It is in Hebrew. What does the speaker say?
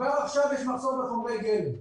כבר עכשיו יש מחסור בחומרי גלם.